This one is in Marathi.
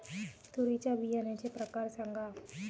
तूरीच्या बियाण्याचे प्रकार सांगा